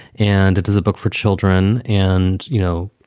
and it does a book for children. and, you know,